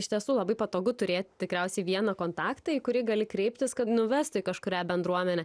iš tiesų labai patogu turėti tikriausiai vieną kontaktą į kurį gali kreiptis kad nuvestų į kažkurią bendruomenę